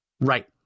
right